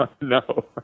no